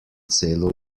celo